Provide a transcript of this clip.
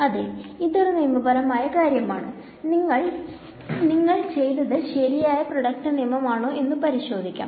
അതെ ഇതൊരു നിയമപരമായ കാര്യമാണ് നിങ്ങൾക്ക് നിങ്ങൾ ചെയ്തത് ശെരിയായ പ്രോഡക്റ്റ് നിയമം ആണോ എന്നു പരിശോദിക്കാം